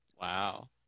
Wow